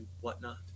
whatnot